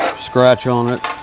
scratch on it.